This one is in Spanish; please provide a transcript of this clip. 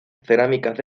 cerámicas